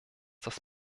das